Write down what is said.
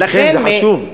תפקידכם, זה חשוב.